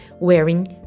wearing